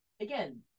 again